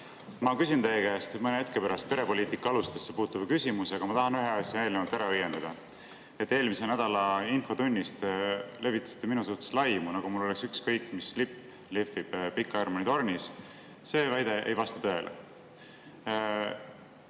Ma küsin teie käest mõne hetke pärast perepoliitika alustesse puutuva küsimuse, aga ma tahan ühe asja eelnevalt ära õiendada. Eelmise nädala infotunnis te levitasite minu suhtes laimu, nagu mul oleks ükskõik, mis lipp lehvib Pika Hermanni tornis. See väide ei vasta tõele.